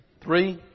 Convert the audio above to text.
three